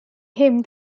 him